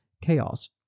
chaos